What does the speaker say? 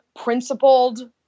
principled